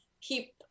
keep